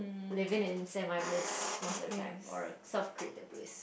living in semi bliss most of the time or a self created bliss